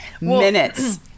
minutes